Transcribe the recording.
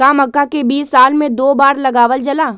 का मक्का के बीज साल में दो बार लगावल जला?